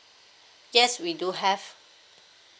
yes we do have